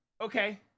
okay